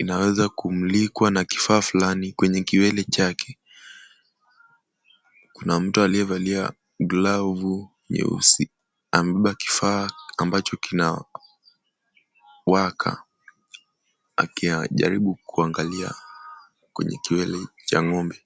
inaweza kumlikwa na kifaa fulani kwenye kiweli chake. Kuna mtu aliyevalia glavu nyeusi. Amebeba kifaa ambacho kinawaka akijaribu kuangalia kwenye kiwele ch ng'ombe.